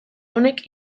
honek